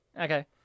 Okay